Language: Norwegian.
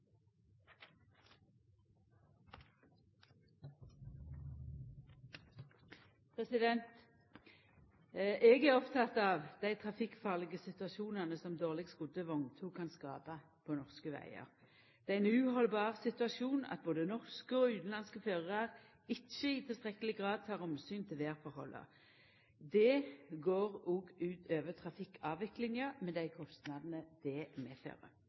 Eg er oppteken av dei trafikkfarlege situasjonane som dårleg skodde vogntog kan skapa på norske vegar. Det er ein uhaldbar situasjon at både norske og utanlandske førarar ikkje i tilstrekkeleg grad tek omsyn til vêrforholda. Det går òg ut over trafikkavviklinga, med dei kostnadene det medfører.